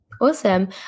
awesome